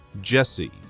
Jesse